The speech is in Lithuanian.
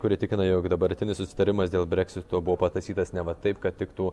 kuri tikina jog dabartinis susitarimas dėl breksito buvo pataisytas neva taip kad tiktų